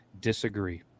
disagree